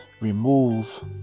remove